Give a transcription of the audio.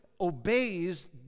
obeys